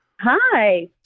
Hi